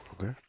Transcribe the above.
Okay